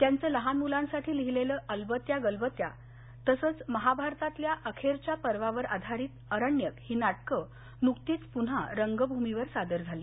त्यांचं लहान मुलांसाठी लिहिलेलं अलबत्या गलबत्या तसंच महाभारतातल्या अखेरच्या पर्वावर आधारित अरण्यक ही नाटकं नुकतीच पुन्हा रंगभूमीवर सादर झाली